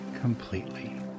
completely